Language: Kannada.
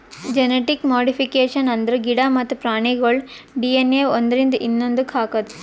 ಜೆನಟಿಕ್ ಮಾಡಿಫಿಕೇಷನ್ ಅಂದ್ರ ಗಿಡ ಮತ್ತ್ ಪ್ರಾಣಿಗೋಳ್ ಡಿ.ಎನ್.ಎ ಒಂದ್ರಿಂದ ಇನ್ನೊಂದಕ್ಕ್ ಹಾಕದು